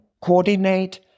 coordinate